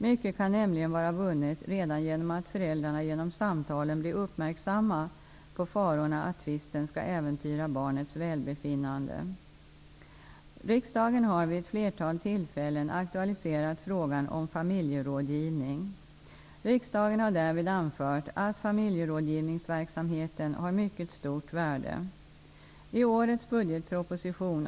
Mycket kan nämligen vara vunnet redan genom att föräldrarna genom samtalen blir uppmärksamma på farorna att tvisten skall äventyra barnets välbefinnande. Riksdagen har vid ett flertal tillfällen aktualiserat frågan om familjerådgivning . Riksdagen har därvid anfört att familjerådgivningsverksamheten har mycket stort värde. I årets budgetproposition (prop. 1992/93:100, bil.